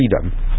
freedom